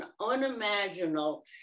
unimaginable